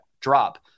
drop